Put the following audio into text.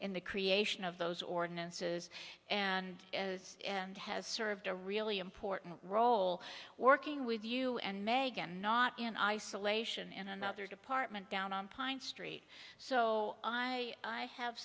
in the creation of those ordinances and as and has served a really important role working with you and meg i'm not in isolation in another department down on pine street so i i have